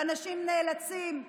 ואנשים נאלצים,